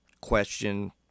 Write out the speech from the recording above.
question